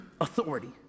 authority